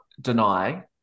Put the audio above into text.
deny